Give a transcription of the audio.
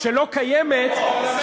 שלא קיימת, עכשיו יהיה אותו הדבר גם כאן.